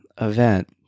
event